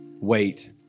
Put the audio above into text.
wait